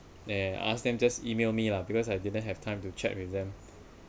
yeah ask them just email me lah because I didn't have time to check with them